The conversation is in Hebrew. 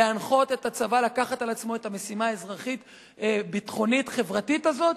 להנחות את הצבא לקחת על עצמו את המשימה האזרחית-ביטחונית-חברתית הזאת.